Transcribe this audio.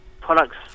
products